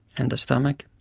and the stomach